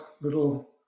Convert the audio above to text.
little